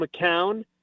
McCown